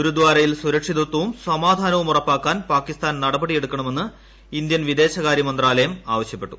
ഗുരുദാരയിൽ സുരക്ഷിതത്വവും സമാധാനവും ഉറപ്പാക്കാൻ പാകിസ്ഥാൻ നടപടി എടുക്കണമെന്ന് ഇന്ത്യൻ വിദേശകാര്യ മന്ത്രാലയം ആവശ്യപ്പെട്ടു